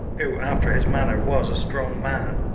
who after his manner was a strong man,